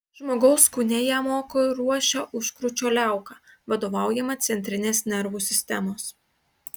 žmogaus kūne ją moko ir ruošia užkrūčio liauka vadovaujama centrinės nervų sistemos